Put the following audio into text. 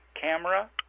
Camera